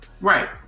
right